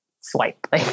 swipe